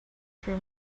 her